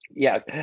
Yes